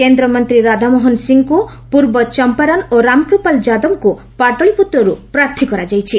କେନ୍ଦ୍ରମନ୍ତ୍ରୀ ରାଧାମୋହନ ସିଂଙ୍କୁ ପୂର୍ବ ଚମ୍ପାରନ୍ ଓ ରାମକୃପାଲ ଯାଦବଙ୍କୁ ପାଟଳୀପୁତ୍ରରୁ ପ୍ରାର୍ଥୀ କରାଯାଇଛି